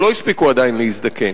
שלא הספיקו עדיין להזדקן.